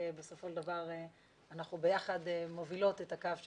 ובסופו של דבר אנחנו ביחד מובילות את הקו שצריך.